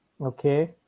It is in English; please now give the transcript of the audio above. Okay